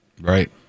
Right